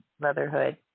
motherhood